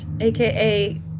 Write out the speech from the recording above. aka